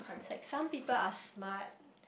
it's like some people are smart